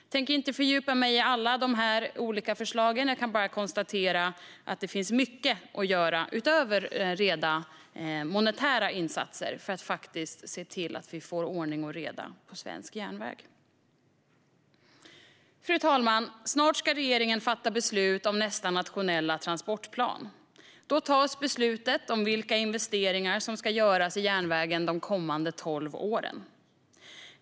Jag tänker inte fördjupa mig i de olika förslagen, men jag kan konstatera att det finns mycket att göra utöver rena monetära insatser för att se till att vi får ordning och reda på svensk järnväg. Fru talman! Snart ska regeringen fatta beslut om nästa nationella transportplan. Då tas beslutet om vilka investeringar som ska göras i järnvägen de kommande tolv åren.